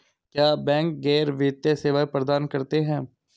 क्या बैंक गैर वित्तीय सेवाएं प्रदान करते हैं?